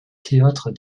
théâtre